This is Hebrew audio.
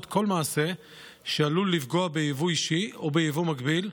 כל מעשה שעלול לפגוע ביבוא אישי או ביבוא מקביל,